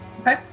Okay